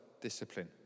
discipline